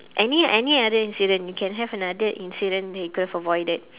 any any other incident you can have another incident that you could have avoided